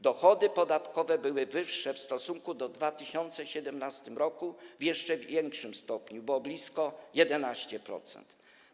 Dochody podatkowe były wyższe w stosunku do 2017 r. w jeszcze większym stopniu, bo osiągnęły blisko 11%.